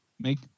make